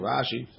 Rashi